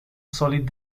solid